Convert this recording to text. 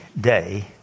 day